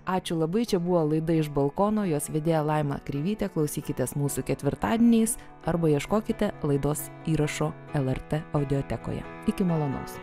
ačiū labai čia buvo laida iš balkono jos vedėja laima kreivytė klausykitės mūsų ketvirtadieniais arba ieškokite laidos įrašo lrt audiotekoje iki malonaus